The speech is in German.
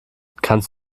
kannst